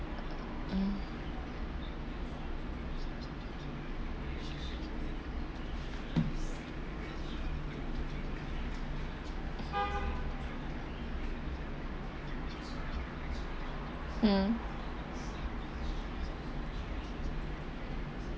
mm mm